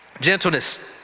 gentleness